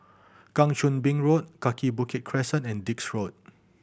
Kang Choo Bin Road Kaki Bukit Crescent and Dix Road